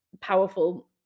powerful